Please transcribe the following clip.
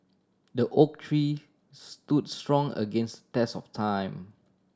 the oak tree stood strong against test of time